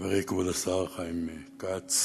חברי כבוד השר חיים כץ,